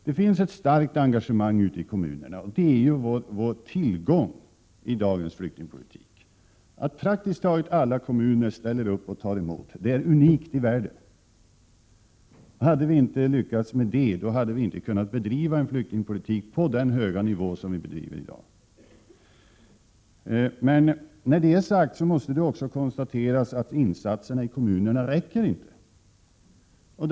Det finns ett starkt engagemang ute i kommunerna, och det är vår stora tillgång i dagens flyktingpolitik. Det är unikt i världen att praktiskt taget alla kommuner ställer upp för att ta emot flyktingar. Hade vi inte lyckats på den punkten, skulle vi inte ha kunnat bedriva en flyktingpolitik på den höga nivå som vi i dag kan upprätthålla. Men när det är sagt måste det också konstateras att insatserna från kommunerna inte räcker.